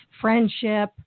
friendship